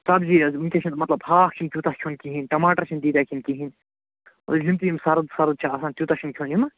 سبزی حظ وٕنۍکٮ۪س چھِنہٕ مطلب ہاکھ چھُنہٕ تیوٗتاہ کھیوٚن کِہیٖنۍ ٹماٹر چھِنہٕ تیٖتیٛاہ کھیٚنۍ کِہیٖنۍ وۄنۍ یِم تہِ یِم سرٕد سرٕد چھِ آسان تیوٗتاہ چھُنہٕ کھیوٚن یِمہٕ